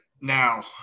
Now